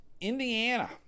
indiana